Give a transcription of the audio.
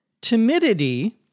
Timidity